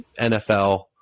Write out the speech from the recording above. NFL